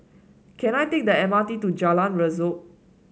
can I take the M R T to Jalan Rasok